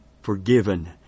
forgiven